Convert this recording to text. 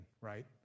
right